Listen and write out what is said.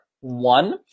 one